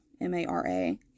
M-A-R-A